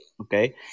Okay